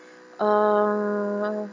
uh